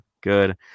Good